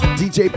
dj